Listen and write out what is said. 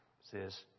says